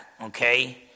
okay